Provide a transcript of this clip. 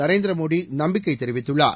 நரேந்திரமோடி நம்பிக்கை தெரிவித்துள்ளார்